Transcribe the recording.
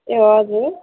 ए हजुर